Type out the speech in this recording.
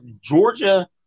Georgia